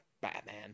Batman